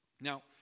Now